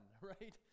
right